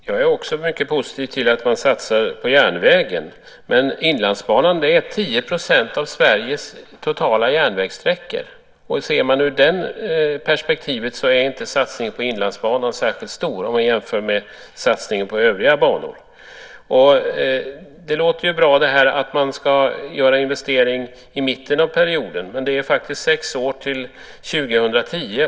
Fru talman! Jag är också mycket positiv till att man satsar på järnvägen, men Inlandsbanan utgör 10 % av Sveriges totala järnvägssträckor. Ser man det ur det perspektivet så är inte satsningen på Inlandsbanan särskilt stor, om man jämför med satsningen på övriga banor. Det låter ju bra att man ska göra investeringar i mitten av perioden, men det är ju faktiskt sex år till 2010.